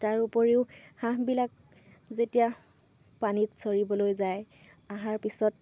তাৰ উপৰিও হাঁহবিলাক যেতিয়া পানীত চৰিবলৈ যায় অহাৰ পিছত